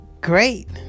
great